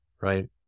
right